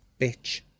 bitch